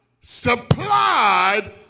supplied